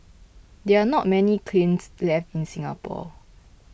there are not many kilns left in Singapore